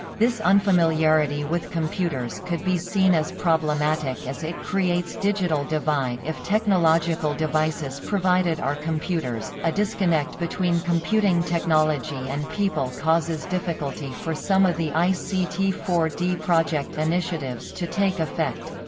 this unfamiliarity with computers could be seen as problematic as it creates digital divide if technological devices provided are computers a disconnect between computing technology and people causes difficulty for some of the i c t four d project initiatives to take effect.